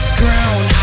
ground